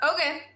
Okay